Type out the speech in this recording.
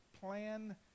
plan